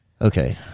Okay